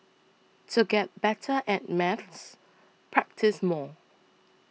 to get better at maths practise more